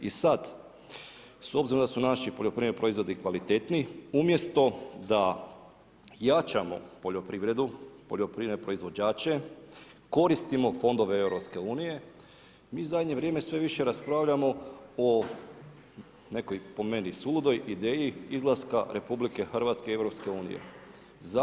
I sad s obzirom da su naši poljoprivredni proizvodi kvalitetniji, umjesto da jačamo poljoprivredu, poljoprivredne proizvođače, koristimo fondove EU-a, mi zadnje vrijeme sve više raspravljamo o nekoj po meni, suludoj ideji izlaska RH iz EU-a.